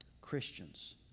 Christians